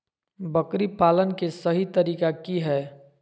बकरी पालन के सही तरीका की हय?